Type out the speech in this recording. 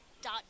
dot